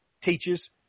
teaches